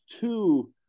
two